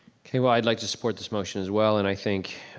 okay, well i'd like to support this motion as well and i think,